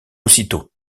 aussitôt